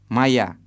Maya